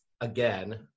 again